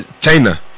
China